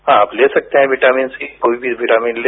हां आप ले सकते हैं विटामिन सी कोई भी विटामिन ले